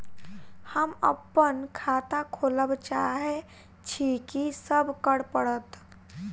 हम अप्पन खाता खोलब चाहै छी की सब करऽ पड़त?